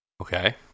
Okay